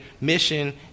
mission